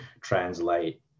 translate